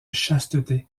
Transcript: chasteté